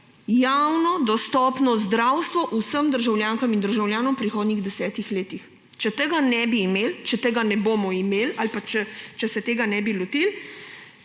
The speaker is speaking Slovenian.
javno dostopno zdravstvo vsem državljankam in državljanom v prihodnjih 10 letih. Če tega ne bi imeli, če tega ne bomo imeli ali pa če se tega ne bi lotili,